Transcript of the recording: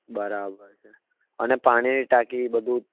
બરાબર છે અને પાણીની ટાંકી બધું